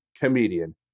comedian